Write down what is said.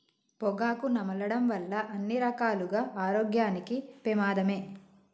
పొగాకు నమలడం వల్ల అన్ని రకాలుగా ఆరోగ్యానికి పెమాదమే